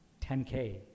10K